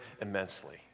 immensely